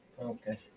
Okay